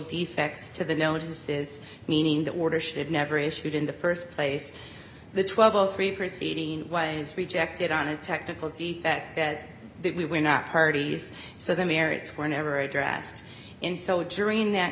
defects to the notices meaning that order should never issued in the st place the twelve o three proceeding was rejected on a technical detail that that we were not parties so the merits were never addressed in so during that